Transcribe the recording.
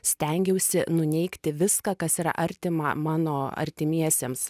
stengiausi nuneigti viską kas yra artima mano artimiesiems